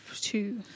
two